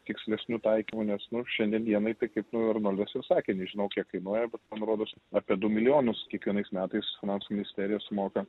tikslesniu taikymu nes nu šiandien dienai tai kaip arnoldas ir sakė nežinau kiek kainuoja bet man rodos apie du milijonus kiekvienais metais finansų ministerija sumoka